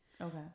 Okay